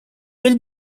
will